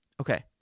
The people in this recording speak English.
okay